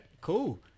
cool